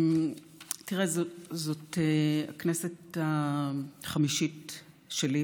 זאת הכנסת החמישית שלי.